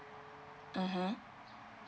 (uh huh)